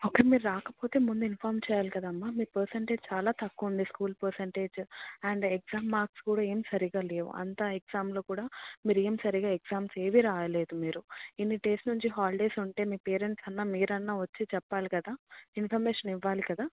అప్పుడు మీరు రాకపోతే ముందు ఇన్ఫార్మ్ చేయాలి కదమ్మ మీ పర్సంటేజ్ చాలా తక్కువ ఉంది school percentage and exam marks కూడా ఏమి సరిగా లేవు అంతా ఎగ్జామ్లో కూడా మీరు ఏమి సరిగా ఎగ్జామ్స్ ఏవీ రాయలేదు మీరు ఇన్ని డేస్ నుంచి హాలీడేస్ ఉంటే మీ పేరెంట్స్ అన్న మీరన్న వచ్చి చెప్పాలి కదా ఇన్ఫర్మేషన్ ఇవ్వాలి కదా